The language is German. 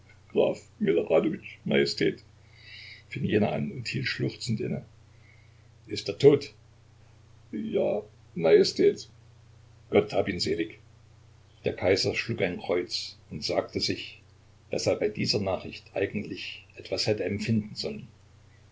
majestät fing jener an und hielt schluchzend inne ist er tot ja majestät gott hab ihn selig der kaiser schlug ein kreuz und sagte sich daß er bei dieser nachricht eigentlich etwas hätte empfinden sollen